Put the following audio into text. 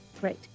Great